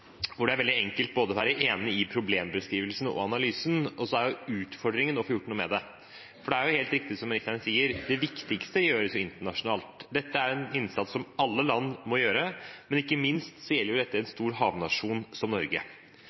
hvor det er veldig enkelt å være enig i både problembeskrivelsen og analysen. Så er utfordringen å få gjort noe med det. Det er helt riktig som ministeren sier, det viktigste gjøres internasjonalt. Dette er en innsats som alle land må gjøre, men ikke minst gjelder dette en stor havnasjon som Norge.